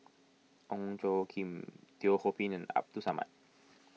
Ong Tjoe Kim Teo Ho Pin and Abdul Samad